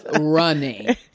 running